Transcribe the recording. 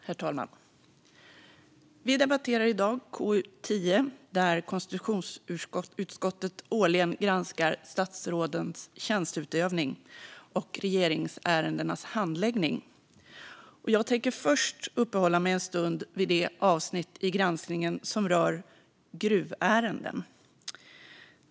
Herr talman! Vi debatterar i dag KU10, KU:s granskningsbetänkande, där konstitutionsutskottet årligen granskar statsrådens tjänsteutövning och regeringsärendenas handläggning. Jag tänker först uppehålla mig en stund vid det avsnitt i granskningen som rör gruvärenden.